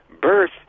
birth